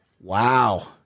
Wow